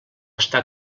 està